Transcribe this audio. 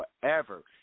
forever